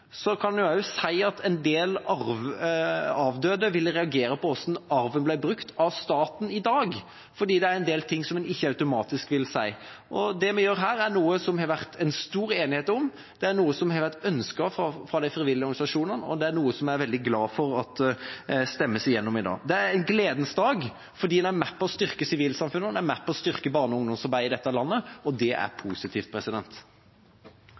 kan en også si at en del arvelatere ville ha reagert på hvordan arven blir brukt av staten i dag, fordi det er en del ting som en ikke automatisk vil si. Det vi gjør her, er noe som det har vært stor enighet om, det er noe som har vært ønsket av de frivillige organisasjonene, og det er noen som er veldig glade for at det stemmes igjennom i dag. Det er en gledens dag fordi det er med på å styrke sivilsamfunnet, og det er med på å styrke barne- og ungdomsarbeidet i dette landet, og det er positivt.